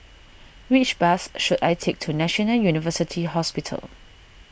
which bus should I take to National University Hospital